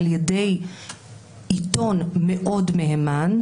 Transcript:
ע"י עיתון מאוד מהימן,